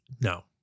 No